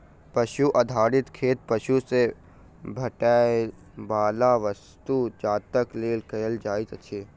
पशु आधारित खेती पशु सॅ भेटैयबला वस्तु जातक लेल कयल जाइत अछि